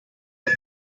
but